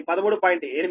8